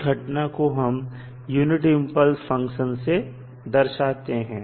इस घटना को हम यूनिट इंपल्स फंक्शन से दर्शाते हैं